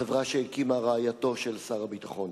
החברה שהקימה רעייתו של שר הביטחון.